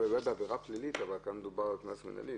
בעבירה פלילית, אבל כאן מדובר על קנס מינהלי.